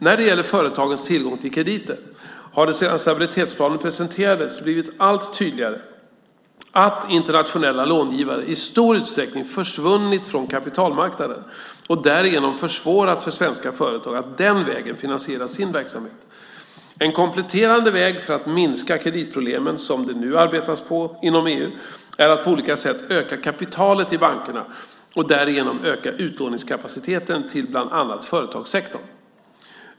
När det gäller företagens tillgång till krediter har det sedan stabilitetsplanen presenterades blivit allt tydligare att internationella långivare i stor utsträckning försvunnit från kapitalmarknaden och därigenom försvårat för svenska företag att den vägen finansiera sin verksamhet. En kompletterande väg för att minska kreditproblemen som det nu arbetas på inom EU är att på olika sätt öka kapitalet i bankerna och därigenom öka utlåningskapaciteten till bland annat företagssektorn.